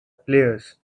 players